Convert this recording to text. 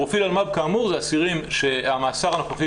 פרופיל אלמ"ב כאמור זה אסירים שהמאסר הנוכחי